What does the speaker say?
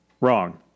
Wrong